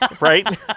Right